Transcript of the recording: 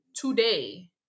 today